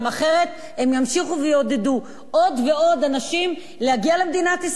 אחרת הם ימשיכו ויעודדו עוד ועוד אנשים להגיע למדינת ישראל,